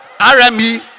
RME